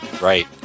Right